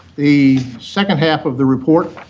the second half of the report,